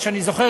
מה שאני זוכר,